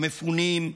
העובדים, המפונים,